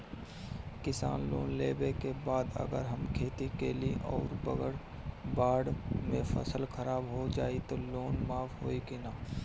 किसान लोन लेबे के बाद अगर हम खेती कैलि अउर अगर बाढ़ मे फसल खराब हो जाई त लोन माफ होई कि न?